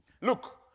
Look